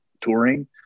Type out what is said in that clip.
touring